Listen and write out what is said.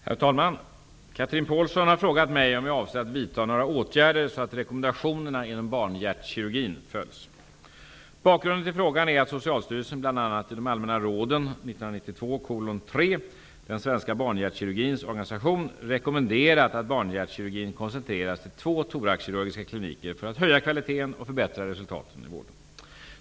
Herr talman! Cathrine Pålsson har frågat mig om jag avser att vidta några åtgärder så att rekommendationerna inom barnhjärtkirurgin följs. Bakgrunden till frågan är att Socialstyrelsen bl.a. i Allmänna råd 1992:3 Den svenska barnhjärtkirurgins organisation rekommenderat att barnhjärtkirurgin koncentreras till två thoraxkirurgiska kliniker för att höja kvaliteten och förbättra resultaten i vården.